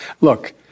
look